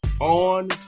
on